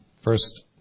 first